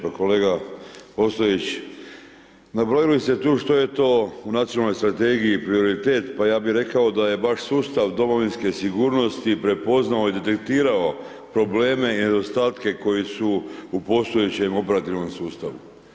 Pa kolega Ostojić, nabrojili ste tu što je to u nacionalnoj strategiji prioritet pa ja bi rekao da je baš sustav Domovinske sigurnosti prepoznao i detektirao probleme i nedostatke koji su u postojećem operativnom sustavu.